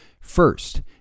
first